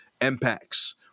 impacts